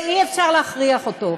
ואי-אפשר להכריח אותו,